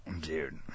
Dude